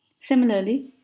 Similarly